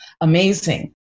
amazing